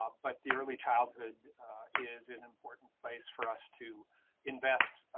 ah but the early childhood is an important place for us to invest.